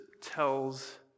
tells